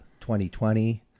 2020